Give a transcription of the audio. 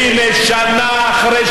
היום הזנות לא קיימת רק ברחובות.